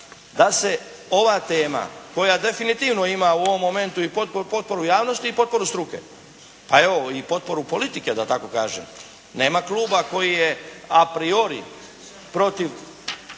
da se ova tema koja definitivno ima u ovom momentu i potporu javnosti i potporu struke, a evo i potporu politike da tako kažem. Nema kluba koji je a priori protiv